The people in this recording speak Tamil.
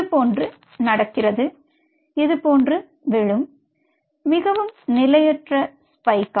இதுபோன்று நடக்கிறது இது போல விழும் மிகவும் நிலையற்ற ஸ்பைக்